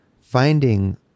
finding